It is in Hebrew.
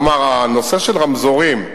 כלומר, הנושא של רמזורים,